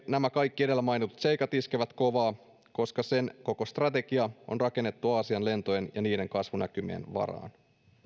nämä kaikki edellä mainitut seikat iskevät kovaa koska sen koko strategia on rakennettu aasian lentojen ja niiden kasvunäkymien varaan